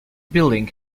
building